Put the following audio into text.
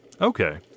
Okay